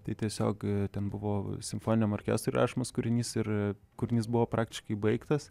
tai tiesiog ten buvo simfoniniam orkestrui rašomas kūrinys ir kūrinys buvo praktiškai baigtas